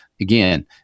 again